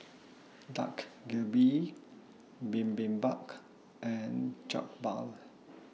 Dak Galbi Bibimbap and Jokbal